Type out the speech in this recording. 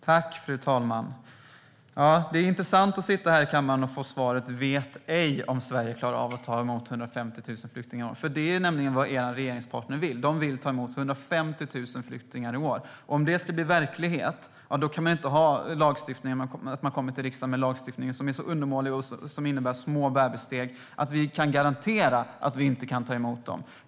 Fru talman! Det är intressant att sitta här i kammaren och få svaret "vet ej" på frågan om Sverige klarar av att ta emot 150 000 flyktingar i år. Det är nämligen vad er regeringspartner vill. De vill ta emot 150 000 flyktingar i år. Om det ska bli verklighet kan regeringen inte komma till riksdagen med lagstiftning som är så undermålig och innebär så små bebissteg att vi kan garantera att vi inte kan ta emot dem.